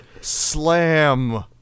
Slam